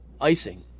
icing